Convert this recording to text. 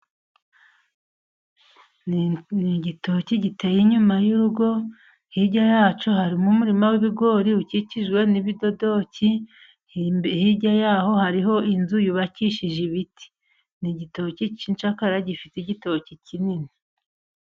Ni igitoki giteye inyuma y'urugo, hirya ya cyo harimo umurima w'ibigori ukikijwe n'ibidodoki, hirya ya ho hariho inzu yubakishije ibiti. Ni igitoki cy'incakara gifite igitoki kinini.